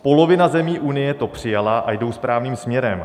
Polovina zemí Unie to přijala a jdou správným směrem.